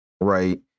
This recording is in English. right